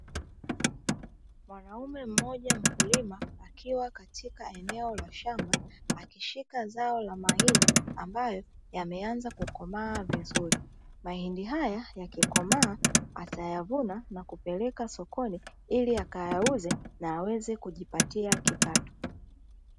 Mwanaume mmoja mkulima akiwa katika eneo la shamba akishika zao la mahindi ambayo yameanza kukomaa vizuri. Mahindi haya yakikomaa atayavuna na kupelela sokoni ili akayauze na aweze kujipatia kipato.